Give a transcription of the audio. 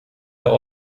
der